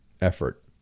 effort